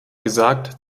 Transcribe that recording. gesagt